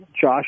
Josh